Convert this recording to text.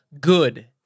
good